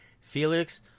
Felix